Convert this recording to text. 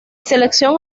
selección